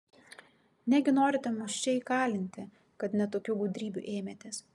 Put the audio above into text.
negi norite mus čia įkalinti kad net tokių gudrybių ėmėtės